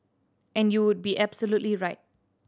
and you would be absolutely right